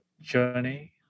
journey